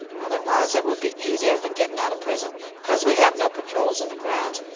otherwise it would be easier than getting out of prison, because we have no patrols in the grounds,